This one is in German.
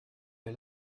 der